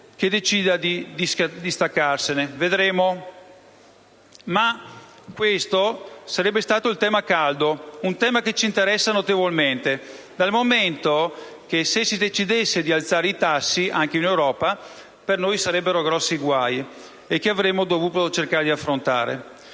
che decida di distaccarsene. Vedremo. Questo sarebbe stato il tema caldo: un tema che ci interessa notevolmente dal momento che, se si decidesse di alzare i tassi anche in Europa, per noi sarebbero grossi guai che dovremo cercare di affrontare.